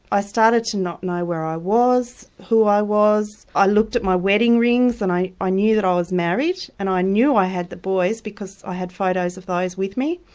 i started to not and know where i was, who i was, i looked at my wedding ring and i i knew that i was married and i knew i had the boys because i had photos of those with me.